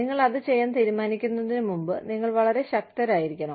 നിങ്ങൾ അത് ചെയ്യാൻ തീരുമാനിക്കുന്നതിന് മുമ്പ് നിങ്ങൾ വളരെ ശക്തരായിരിക്കണം